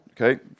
okay